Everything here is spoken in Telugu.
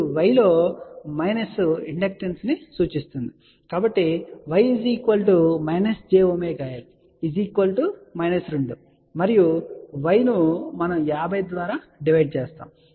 ఇప్పుడు y లో ఇండక్టెన్స్ను సూచిస్తుంది కాబట్టి y −jω L −2 మరియు y ను మనం 50 ద్వారా డివైడ్ చేస్తాము